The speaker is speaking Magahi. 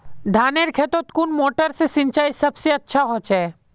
धानेर खेतोत कुन मोटर से सिंचाई सबसे अच्छा होचए?